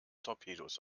torpedos